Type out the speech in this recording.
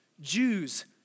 Jews